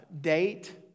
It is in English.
date